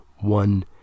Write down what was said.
One